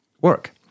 work